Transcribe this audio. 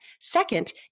Second